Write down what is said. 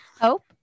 Hope